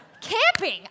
camping